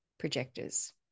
Projectors